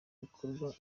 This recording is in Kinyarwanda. bikorwa